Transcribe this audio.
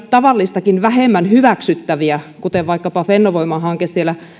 tavallistakin vähemmän hyväksyttäviä kuten vaikkapa fennovoima hanke siellä